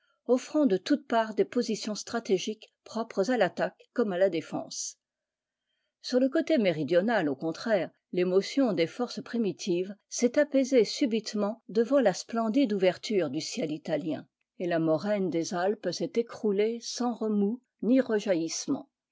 offrant de toutes parts des positions stratégiques propres à l'attaque comme à la défense sur le côté méridional au contraire l'émotion des forces primitives s'est apaisée subitement devant la splendide ouverture du ciel italien et la moraine des alpes s'est écroulée sans remous ni rejaillissements